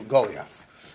Goliath